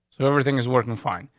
so everything is working. fine.